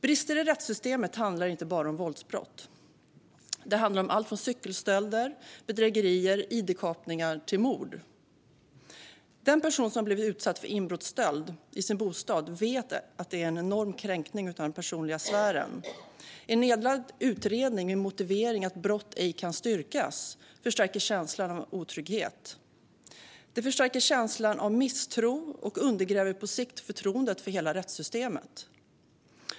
Brister i rättssystemet handlar inte bara om våldsbrott. Det handlar om allt från cykelstölder, bedrägerier och id-kapningar till mord. Den person som har blivit utsatt för inbrottsstöld i sin bostad vet att det är en enorm kränkning av den personliga sfären. En nedlagd utredning med motiveringen att brott ej kan styrkas förstärker känslan av otrygghet, förstärker känslan av misstro och undergräver på sikt förtroendet för hela rättssystemet.